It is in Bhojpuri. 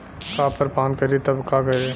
कॉपर पान करी तब का करी?